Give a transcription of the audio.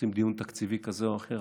עושים דיון תקציבי כזה או אחר,